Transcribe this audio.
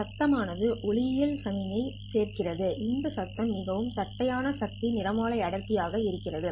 சத்தம் ஆனது ஒளியியல் சமிக்ஞை சேர்க்கிறது இந்த சத்தம் மிகவும் தட்டையான சக்தி நிறமாலை அடர்த்தி ஆக இருக்கிறது